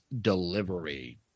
delivery